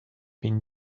been